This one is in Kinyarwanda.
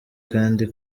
kandi